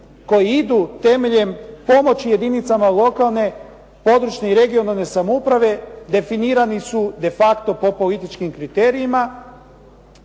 koji idu temeljem pomoći jedinicama lokalne, područne i regionalne samouprave definirani su de facto po političkim kriterijima